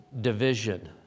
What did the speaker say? division